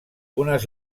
unes